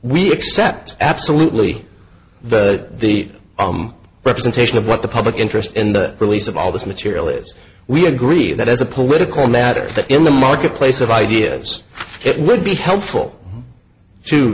we accept absolutely the the oem representation of what the public interest in the release of all this material is we agree that as a political matter that in the marketplace of ideas it would be helpful to